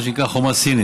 מה שנקרא חומה סינית.